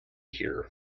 here